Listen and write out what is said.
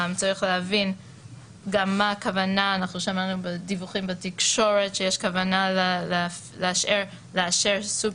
נצטרך להבין מה הכוונה שמענו דיווחים בתקשורת כשאומרים אישור סוג